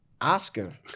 oscar